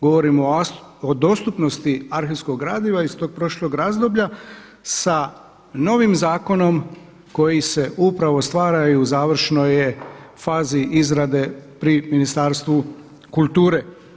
Govorim o dostupnosti arhivskog gradiva iz tog prošlog razdoblja sa novim zakonom koji se upravo stvara i u završnoj je fazi izrade pri Ministarstvu kulture.